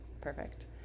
Perfect